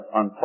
on